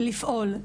לפעול,